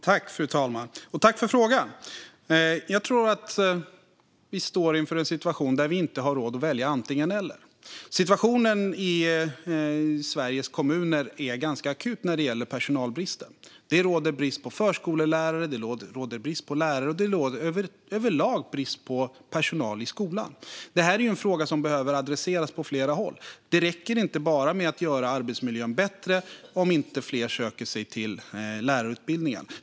Fru talman! Jag tackar för frågan. Jag tror att vi står inför en situation där vi inte har råd att välja antingen eller. Situationen i Sveriges kommuner är ganska akut när det gäller personalbristen. Det råder brist på förskollärare, det råder brist på lärare och det råder överlag brist på personal i skolan. Detta är en fråga som behöver adresseras på flera håll. Det räcker inte att bara göra arbetsmiljön bättre om inte fler söker sig till lärarutbildningen.